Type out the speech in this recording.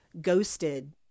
Ghosted